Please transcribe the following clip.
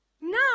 Now